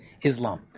Islam